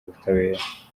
ubutabera